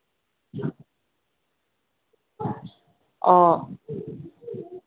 ꯑꯣ